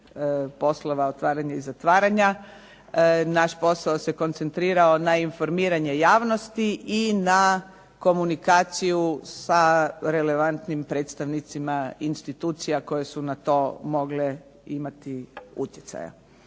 poslova otvaranja i zatvaranja, naš posao se koncentrirao na informiranje javnosti i na komunikaciju sa relevantnim predstavnicima institucija koje su na to mogle imati utjecaja.